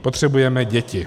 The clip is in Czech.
Potřebujeme děti.